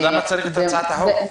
אז למה צריך את הצעת החוק?